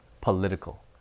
political